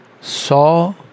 saw